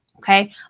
Okay